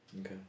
Okay